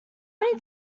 many